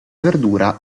verdura